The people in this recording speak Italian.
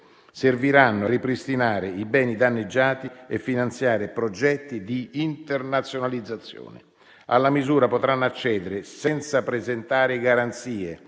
serviranno a ripristinare i beni danneggiati e a finanziare progetti di internazionalizzazione. Alla misura potranno accedere, senza presentare garanzie,